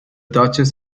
duchess